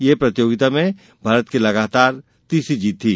यह प्रतियोगिता में भारत की लगातार तीसरी जीत थी